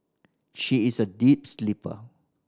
she is a deep sleeper